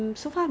quarantine ah